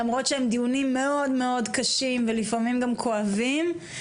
למרות שלפעמים הדיונים מאוד מאוד כואבים וקשים,